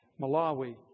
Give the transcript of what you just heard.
Malawi